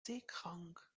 seekrank